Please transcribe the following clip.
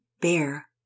Bear